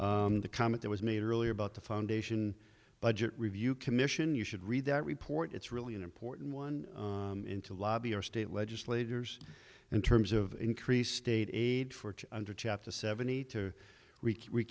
the comment that was made earlier about the foundation budget review commission you should read that report it's really an important one into lobby or state legislators in terms of increased state aid for under chapter seventy to